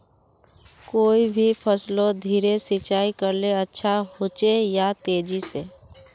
कोई भी फसलोत धीरे सिंचाई करले अच्छा होचे या तेजी से?